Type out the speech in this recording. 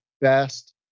best